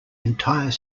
entire